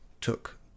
took